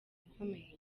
ukomeye